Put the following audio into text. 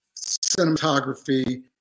cinematography